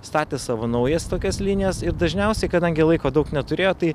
statė savo naujas tokias linijas ir dažniausiai kadangi laiko daug neturėjo tai